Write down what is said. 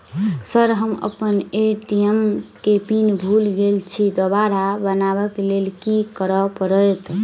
Sir हम अप्पन ATM केँ पिन भूल गेल छी दोबारा बनाब लैल की करऽ परतै?